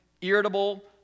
irritable